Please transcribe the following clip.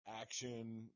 action